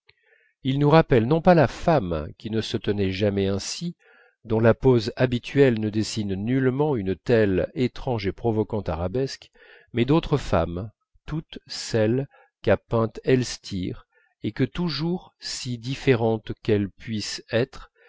ils nous rappellent non pas la femme qui ne se tenait jamais ainsi dont la pose habituelle ne dessine nullement une telle étrange et provocante arabesque mais d'autres femmes toutes celles qu'a peintes elstir et que toujours si différentes qu'elles puissent être